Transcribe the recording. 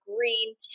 green